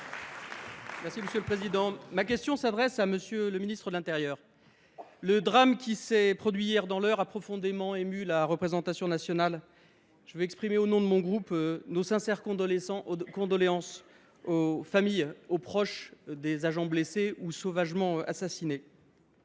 Ma question s’adresse à M. le ministre de l’intérieur et des outre mer. Le drame qui s’est produit hier dans l’Eure a profondément ému la représentation nationale. Je veux exprimer au nom de mon groupe nos sincères condoléances aux familles et aux proches des agents blessés ou sauvagement assassinés.